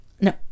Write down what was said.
No